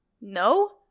No